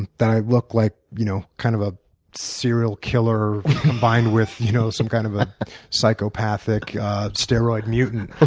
that i look like you know kind of a serial killer combined with you know some kind of a psychopathic steroid mutant.